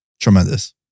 Tremendous